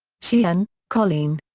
sheehan, colleen.